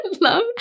love